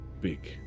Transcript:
big